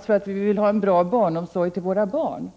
föräldrar och en bra barnomsorg för våra barn.